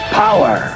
power